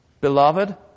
Beloved